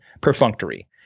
perfunctory